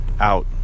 out